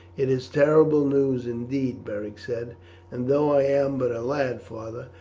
it is terrible news, indeed, beric said and though i am but a lad, father,